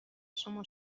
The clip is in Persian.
شما